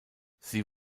sie